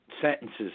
sentences